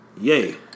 Yay